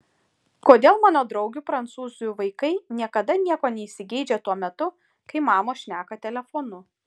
kodėl mano draugių prancūzių vaikai niekada nieko neįsigeidžia tuo metu kai mamos šneka telefonu